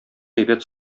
әйбәт